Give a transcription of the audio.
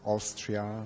Austria